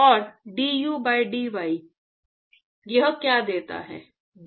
और du by dy यह क्या देता है